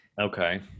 Okay